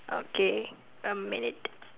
okay a minute